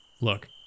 Look